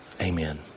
Amen